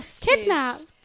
kidnapped